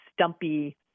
stumpy